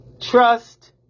trust